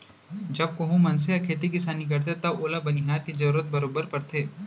जब कोहूं मनसे ह खेती किसानी करथे तव ओला बनिहार के जरूरत बरोबर परथे